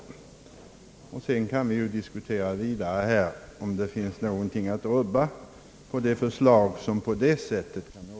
Sedan kan vi diskutera vidare här om det finns något att rubba på i det förslag som kan åstadkommas på det sättet. Herr talman!